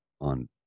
on